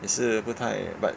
也是不太 but